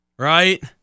Right